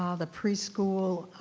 um the preschool,